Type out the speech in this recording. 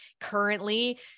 currently